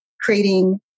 creating